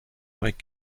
mike